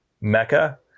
mecca